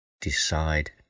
decide